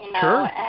Sure